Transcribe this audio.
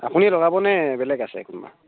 আপুনিয়ে লগাবনে বেলেগ আছে কোনোবা